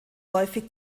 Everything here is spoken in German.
häufig